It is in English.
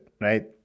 right